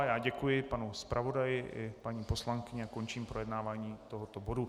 Já děkuji panu zpravodaji i paní poslankyni a končím projednávání tohoto bodu.